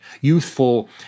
youthful